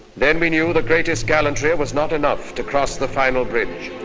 then we knew the greatest gallantry was not enough to cross the final bridge